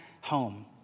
home